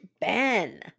Ben